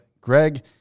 Greg